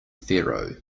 pharaoh